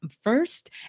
first